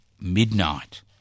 midnight